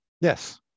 Yes